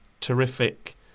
terrific